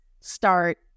start